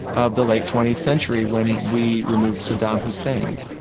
of the late twentieth century when we removed saddam hussein.